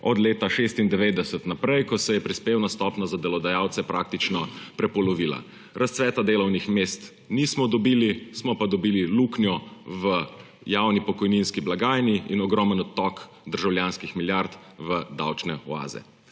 od leta 1996 naprej, ko se je prispevna stopnja za delodajalce praktično prepolovila. Razcveta delovnih mest nismo dobili, smo pa dobili luknjo v javni pokojninski blagajni in ogromen odtok državljanskih milijard v davčne oaze.